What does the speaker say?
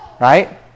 Right